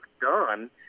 done